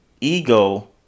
ego